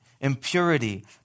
impurity